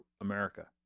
America